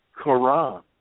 Quran